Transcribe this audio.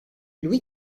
louis